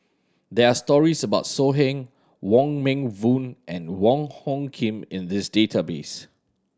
there are stories about So Heng Wong Meng Voon and Wong Hung Khim in these database